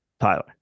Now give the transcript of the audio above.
Tyler